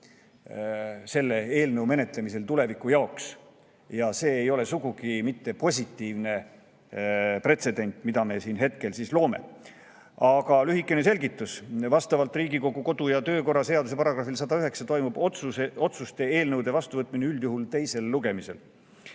pretsedenti tuleviku jaoks. Ja see ei ole sugugi positiivne pretsedent, mida me siin hetkel loome. Aga lühike selgitus. Vastavalt Riigikogu kodu‑ ja töökorra seaduse §‑le 109 toimub otsuste eelnõude vastuvõtmine üldjuhul teisel lugemisel.